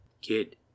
Kid